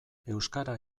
euskara